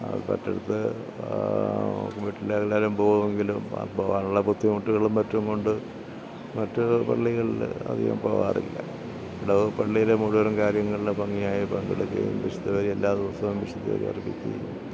മറ്റെടുത്ത് വീട്ടിലെ എല്ലാവരും പോവുമെങ്കിലും പോകാനുള്ള ബുദ്ധിമുട്ടുകളും മറ്റും കൊണ്ട് മറ്റു പള്ളികളിൽ അധികം പോവാറില്ല ഇടവക പള്ളിയിൽ മുഴുവനും കാര്യങ്ങളിലും ഭംഗിയായി പങ്കെടുക്കുകയും വിശുദ്ധ എല്ലാ ദിവസവും വിശുദ്ധ ബലി അർപ്പിക്കുകയും